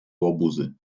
łobuzy